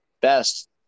best